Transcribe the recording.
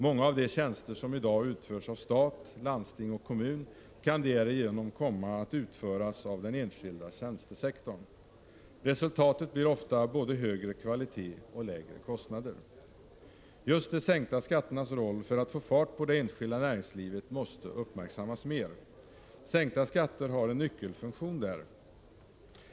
Många av de tjänster som i dag utförs av stat, landsting och kommun kan därigenom komma att utföras av den enskilda tjänstesektorn. Resultatet blir ofta både högre kvalitet och lägre kostnader. Just de sänkta skatternas roll för att få fart på det enskilda näringslivet måste uppmärksammas mer. Sänkta skatter har en nyckelfunktion där.